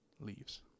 leaves